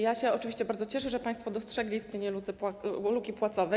Ja się oczywiście bardzo cieszę, że państwo dostrzegli istnienie luki płacowej.